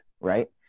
right